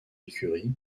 écuries